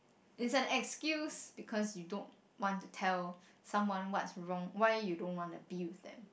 it's an excuse because you don't want to tell someone what's wrong why you don't wanna be with them